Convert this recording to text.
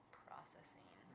processing